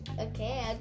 Okay